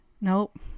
nope